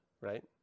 right